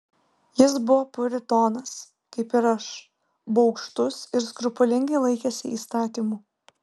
jis buvo puritonas kaip ir aš bugštus ir skrupulingai laikėsi įstatymų